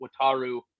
Wataru